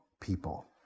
people